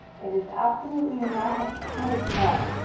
it is absolutely not close enough.